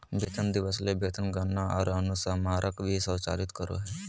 वेतन दिवस ले वेतन गणना आर अनुस्मारक भी स्वचालित करो हइ